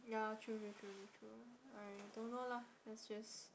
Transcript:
ya true true true true true I don't know lah let's just